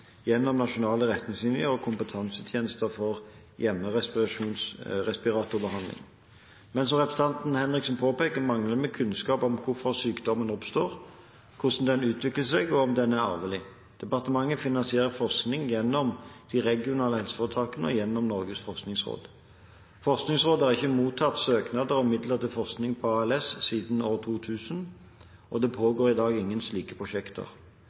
gjennom nasjonale retningslinjer og kompetansetjenesten for hjemmerespiratorbehandling. Men som representanten Henriksen påpeker, mangler vi kunnskap om hvorfor sykdommen oppstår, hvordan den utvikler seg og om den er arvelig. Departementet finansierer forskning gjennom de regionale helseforetakene og gjennom Norges forskningsråd. Forskningsrådet har ikke mottatt søknader om midler til forskning på ALS siden år 2000, og det pågår i dag ingen slike prosjekter.